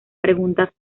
preguntas